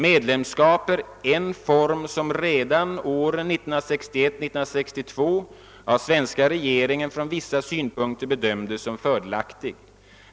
Medlemskap är en form som redan åren 1961—1962 av svenska regeringen från vissa synpunkter bedömdes som fördelaktig.